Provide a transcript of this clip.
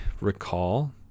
recall